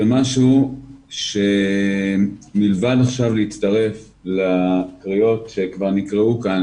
זה משהו שמלבד עכשיו להצטרף לקריאות שכבר נקראו כאן,